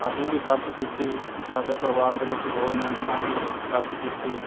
ਅਸੀਂ ਵੀ ਸਰਚ ਕੀਤੀ ਸਾਡੇ ਪਰਿਵਾਰ ਦੇ ਵਿੱਚ ਹੋਰ ਮੈਂਬਰਾਂ ਵੀ ਸਰਚ ਕੀਤੀ